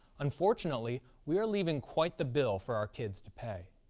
unfortunately, we are leaving quite the bill for our kids to pay.